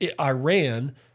Iran